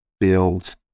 build